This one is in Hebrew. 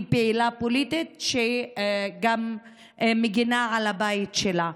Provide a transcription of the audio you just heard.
היא פעילה פוליטית והיא גם מגינה על הבית שלה.